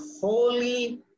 holy